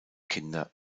kinder